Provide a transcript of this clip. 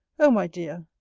o my dear!